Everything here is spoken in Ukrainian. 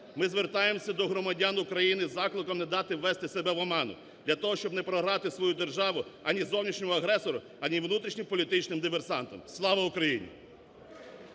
Ми звертаємося до громадян України з закликом не ввести себе в оману для того, щоб не програти свою державу ані зовнішньому агресору, ані внутрішнім політичним диверсантам. Слава Україні!